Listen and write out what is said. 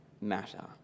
matter